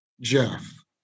Jeff